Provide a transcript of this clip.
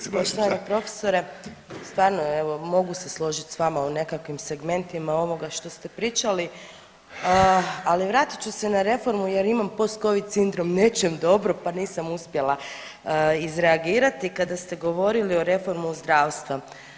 Hvala evo poštovani profesore, stvarno evo mogu se složiti s vama u nekakvim segmentima ovoga što ste pričali, ali vratit ću se na reformu jer imam postcovid sindrom, ne čujem dobro, pa nisam uspjela izreagirati kada ste govorili o reformi zdravstva.